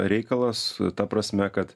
reikalas ta prasme kad